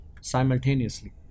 simultaneously